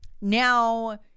Now